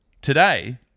Today